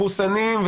שהם מחוסנים,